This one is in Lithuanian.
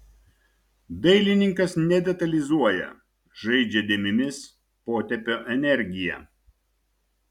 dailininkas nedetalizuoja žaidžia dėmėmis potėpio energija